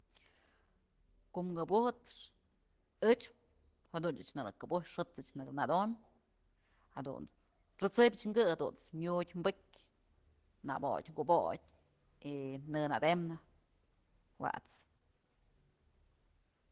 Koom këbujëp xë ëch jadunt's ëch nëkë këbujyë xëtëch nëkë nëdombyë jadunt's xët'sëbyëch kë jadunt's nyüdyë bëkyë nabodyë kubodyë y në nadëmnë wat's.